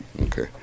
Okay